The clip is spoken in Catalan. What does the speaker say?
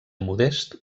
modest